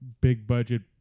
big-budget